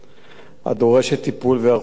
הדורשת טיפול והיערכות מיוחדת,